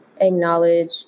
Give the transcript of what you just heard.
acknowledge